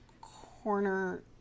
corner